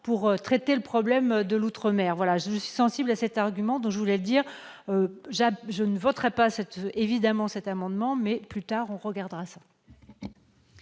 traitant le problème de l'outre-mer. Je suis sensible à cet argument, je voulais le dire. Je ne voterai évidemment pas cet amendement mais, plus tard, on regardera